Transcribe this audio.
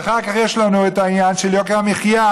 אחר כך יש לנו את העניין של יוקר המחיה,